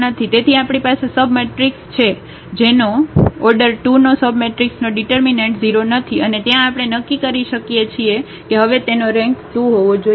તેથી આપણી પાસે સબમટ્રિક્સ છે જેનો ઓર્ડર 2 નો સબમટ્રિક્સનો ડિટર્મિનન્ટ 0 નથી અને ત્યાં આપણે નક્કી કરી શકીએ કે હવે તેનો રેન્ક 2 હોવો જોઈએ